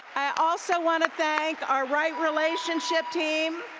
i also want to thank our right relationship team.